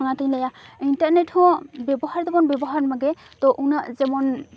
ᱚᱱᱟᱛᱮᱧ ᱞᱟᱹᱭᱟ ᱤᱱᱴᱟᱨᱱᱮᱴ ᱦᱚᱸ ᱵᱮᱵᱚᱦᱟᱨ ᱫᱚᱵᱚᱱ ᱵᱮᱵᱚᱦᱟᱨ ᱢᱟᱜᱮ ᱛᱚ ᱩᱱᱟᱹᱜ ᱡᱮᱢᱚᱱ